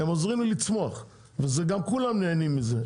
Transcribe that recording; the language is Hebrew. הם עוזרים לי לצמוח וכולם נהנים מזה.